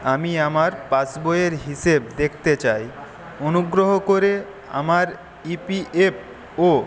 আমি আমার পাসবইয়ের হিসেব দেখতে চাই অনুগ্রহ করে আমার ইপিএফও